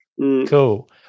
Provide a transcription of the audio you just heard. cool